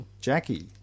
Jackie